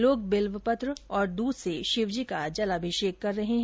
लोग बिल्व पत्र और दूध से शिवजी का जलाभिषेक कर रहे है